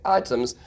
items